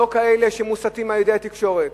לא כאלה שמוסתים על-ידי התקשורת